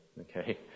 Okay